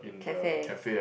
cafe